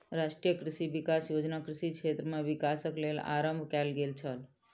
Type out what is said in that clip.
राष्ट्रीय कृषि विकास योजना कृषि क्षेत्र में विकासक लेल आरम्भ कयल गेल छल